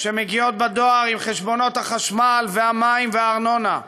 שמגיעות בדואר עם חשבונות החשמל והמים והארנונה.